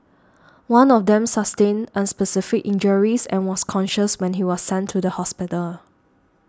one of them sustained unspecified injuries and was conscious when he was sent to hospital